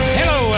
hello